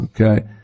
Okay